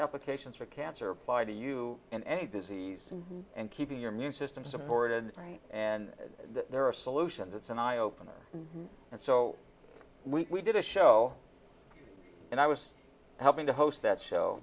applications for cancer applied to you in any disease and keeping your immune system supported and there are solutions it's an eye opener and so we did a show and i was helping to host that show